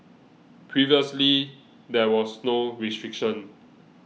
previously there was no restriction